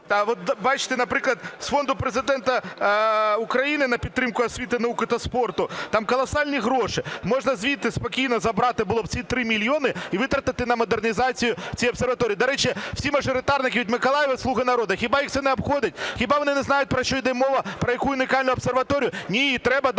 Бачте, наприклад, з Фонду Президента України з підтримки освіти, науки та спорту, там колосальні гроші, можна звідти спокійно забрати було б ці 3 мільйони і витратити на модернізацію цієї обсерваторії. До речі, всі мажоритарники від Миколаєва – "слуги народу". Хіба їх це не обходить? Хіба вони не знають, про що йде мова, про яку унікальну обсерваторію? Ні, треба